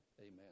Amen